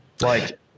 Like-